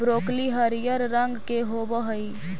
broccoli हरियर रंग के होब हई